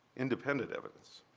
independent evidence.